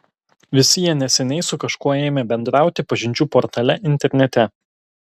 visi jie neseniai su kažkuo ėmė bendrauti pažinčių portale internete